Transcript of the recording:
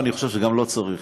ואני חושב שגם לא צריך.